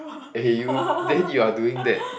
okay you then you are doing that